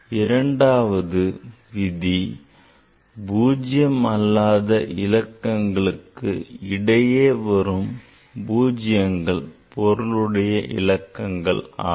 இரண்டாவது விதி பூஜ்யம் அல்லாத இலக்கங்களுக்கு இடையே வரும் பூஜ்ஜியங்கள் பொருளுடையவிலக்கம் ஆகும்